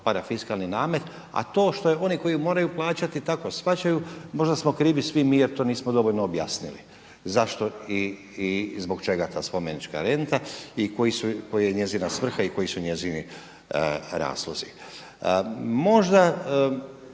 parafiskalni namet a to što oni koji ju moraju plaćati tako shvaćaju, možda smo krivi svi mi jer to nismo dovoljno objasnili. Zašto i zbog čega ta spomenička renta i koja je njezina svrha i koji su njezini razlozi? Možda